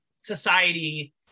society